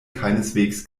keineswegs